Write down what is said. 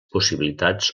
possibilitats